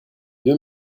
deux